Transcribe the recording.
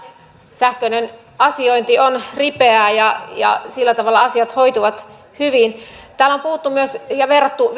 sähköinen asiointi on ripeää ja ja sillä tavalla asiat hoituvat hyvin täällä on puhuttu myös viron mallista ja verrattu